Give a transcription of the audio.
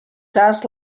cas